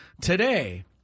today